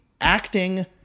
acting